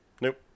Nope